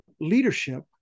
leadership